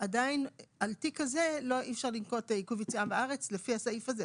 עדיין על תיק כזה אי אפשר לנקוט עיכוב יציאה מהארץ לפי הסעיף הזה,